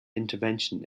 intervention